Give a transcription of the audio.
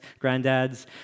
granddads